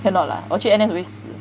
cannot lah 我去 N_S 我会死